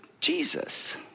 Jesus